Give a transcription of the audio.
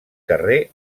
carrer